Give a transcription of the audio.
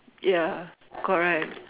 ya correct